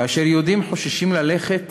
כאשר יהודים חוששים ללכת